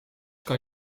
kan